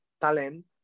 talent